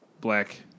Black